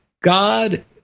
God